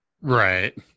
Right